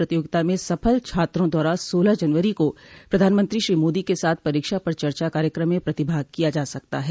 प्रतियोगिता में सफल छात्रों द्वारा सोलह जनवरी को प्रधानमंत्री श्री मोदी के साथ परीक्षा पर चर्चा कायक्रम में प्रतिभाग किया जा सकता है